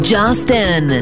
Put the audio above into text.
Justin